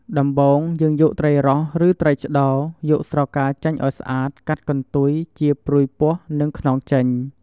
ដំបូងយើងយកត្រីរ៉ស់ ឬត្រីឆ្តោរ យកស្រកាចេញឲ្យស្អាត កាត់កន្ទុយ ចៀរព្រុយពោះ និងខ្នងចេញ។